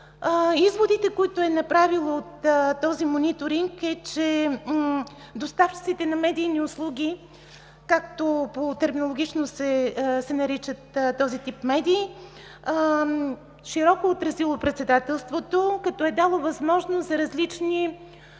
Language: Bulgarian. Изводите, които е направил от този мониторинг, са, че доставчиците на медийни услуги, както терминологично се наричат този тип медии, широко са отразили Председателството, като е дадена възможност за различни